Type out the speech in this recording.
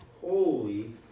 holy